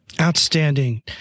Outstanding